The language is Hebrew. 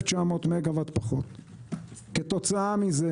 כתוצאה מזה